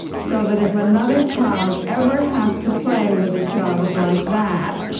so that if another child ever has to play with a child like that,